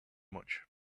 much